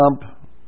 Trump